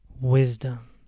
wisdom